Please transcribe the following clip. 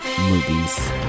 movies